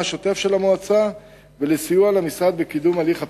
השוטף של המועצה ולסיוע למשרד בקידום הליך הבחירות.